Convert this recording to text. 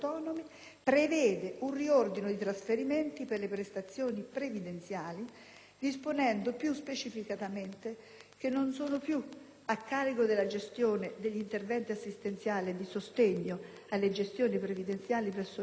prevede un riordino dei trasferimenti per le prestazioni previdenziali, disponendo, più specificamente, che non sono più a carico della gestione degli interventi assistenziali e di sostegno alle gestioni previdenziali presso l'INPS